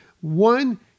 one